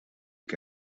que